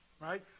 Right